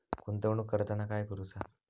गुंतवणूक करताना काय करुचा?